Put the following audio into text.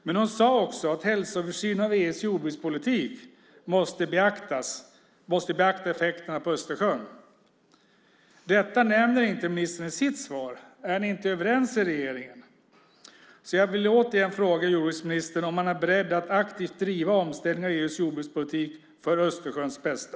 Men hon sade också att hälsoöversynen av EU:s jordbrukspolitik måste beakta effekterna på Östersjön. Detta nämner inte ministern i sitt svar. Är ni inte överens i regeringen? Jag vill återigen fråga jordbruksministern om han är beredd att aktivt driva en omställning av EU:s jordbrukspolitik för Östersjöns bästa.